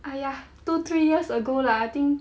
!aiya! two three years ago lah I think